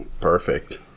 Perfect